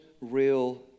real